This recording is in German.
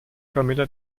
camilla